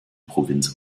provinz